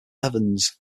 evans